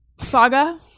saga